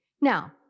Now